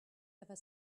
ever